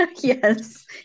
Yes